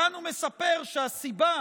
כאן הוא מספר שהסיבה